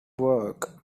work